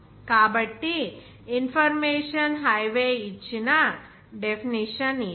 కాబట్టి information highway ఇచ్చిన definition ఇది